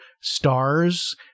stars